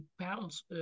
pounds